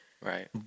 Right